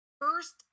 first